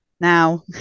now